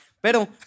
pero